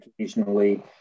occasionally